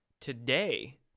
today